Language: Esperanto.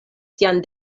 sian